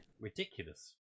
Ridiculous